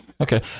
Okay